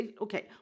okay